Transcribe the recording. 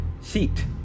seat